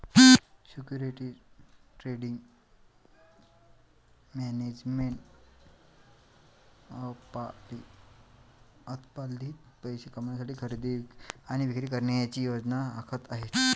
securities trading management अल्पावधीत पैसे कमविण्यासाठी खरेदी आणि विक्री करण्याची योजना आखत आहे